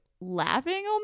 laughing